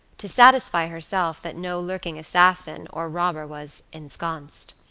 to satisfy herself that no lurking assassin or robber was ensconced.